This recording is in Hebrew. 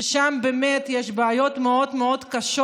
ששם באמת יש בעיות מאוד מאוד קשות,